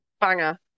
Banger